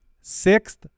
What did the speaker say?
sixth